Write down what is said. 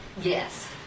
Yes